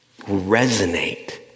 resonate